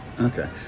Okay